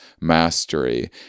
mastery